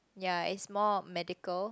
ya is more medical